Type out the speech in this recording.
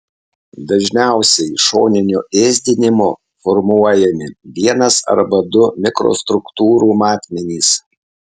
dažniausiai šoniniu ėsdinimu formuojami vienas arba du mikrostruktūrų matmenys